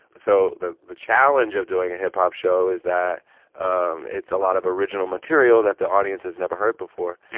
so the the challenge of doing a hip-hop show is that um it's a lot of original material that the audience has never heard before.